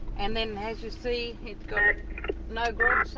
and then as you see, it's got a no grog